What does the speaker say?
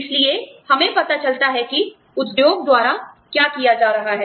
इसलिए हमें पता चलता है कि उद्योग द्वारा क्या किया जा रहा है